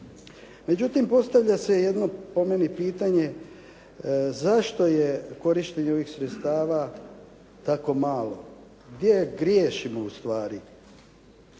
Međutim, postavlja se jedno po meni pitanje, zašto je korištenje ovih sredstava tako malo, gdje griješimo ustvari?